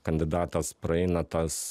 kandidatas praeina tas